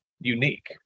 unique